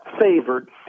favored